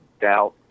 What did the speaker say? doubt